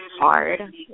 hard